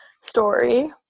story